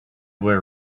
were